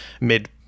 mid